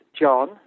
John